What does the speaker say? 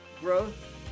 growth